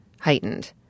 heightened